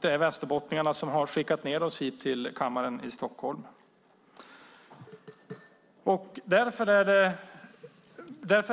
Det är västerbottningarna som har skickat ned oss hit till riksdagen i Stockholm. Därför,